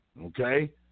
Okay